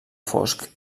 fosc